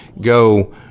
go –